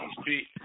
Street